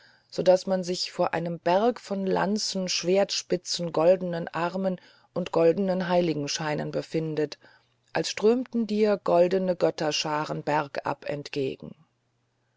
so daß man sich vor einem berg von lanzen schwertspitzen goldenen armen und goldenen heiligenscheinen befindet als strömten dir goldene götterscharen bergab entgegen